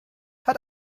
hat